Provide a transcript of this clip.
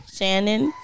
Shannon